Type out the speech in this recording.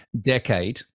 decade